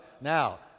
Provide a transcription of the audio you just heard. now